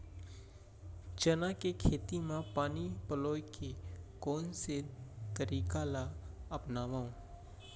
चना के खेती म पानी पलोय के कोन से तरीका ला अपनावव?